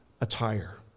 attire